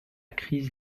crise